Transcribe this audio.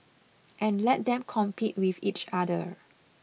and let them compete with each other